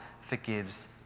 forgives